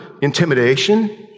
intimidation